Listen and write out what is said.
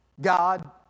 God